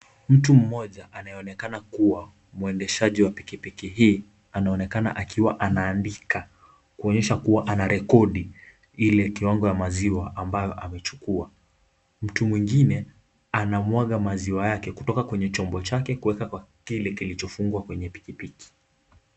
Mtu mmoja anayeonekana kuwa mwendeshaji wa pikipiki hii anaonekana akiwa anaandika kuonyesha kuwa anarekodi ile kiwango ya maziwa ambayo amechukua, mtu mwingine anamwaga maziwa yake kutoka kwa chombo chake kuweka kwa kile kilichofungwa kwenye pikipiki.